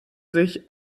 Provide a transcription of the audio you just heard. sich